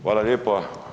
Hvala lijepo.